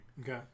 Okay